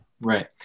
Right